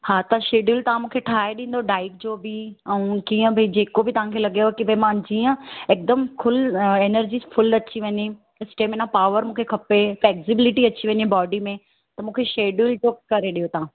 हा त शेड्यूल तव्हां मूंखे ठाहे ॾींदव डाइट जो बि ऐं कीअं बि जेको बि तव्हां मूंखे लॻेव की भई मां जीअं हिकदमि खूल एनर्जी फ़ुल अची वञे त स्टेमिना पावर मूंखे खपे फैक्सीबिलीटी अची वञे बॉडी में त मूंखे शेड्यूल जो करे ॾियो तव्हां